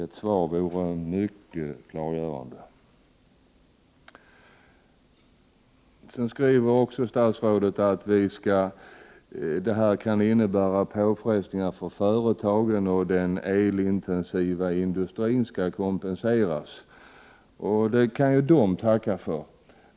Ett svar vore klarläggande. Statsrådet säger att detta kan innebära påfrestningar för företagen och att den elintensiva industrin skall kompenseras. Det kan den tacka för.